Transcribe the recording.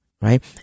right